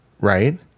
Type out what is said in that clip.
Right